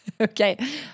Okay